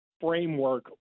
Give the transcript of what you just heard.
framework